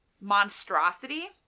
monstrosity